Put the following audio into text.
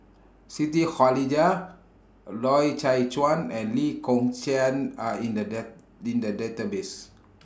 Siti Khalijah Loy Chye Chuan and Lee Kong Chian Are in The in The Database